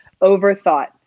overthought